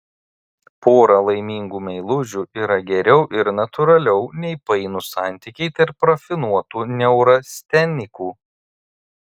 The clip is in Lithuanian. pora laimingų meilužių yra geriau ir natūraliau nei painūs santykiai tarp rafinuotų neurastenikų